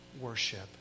worship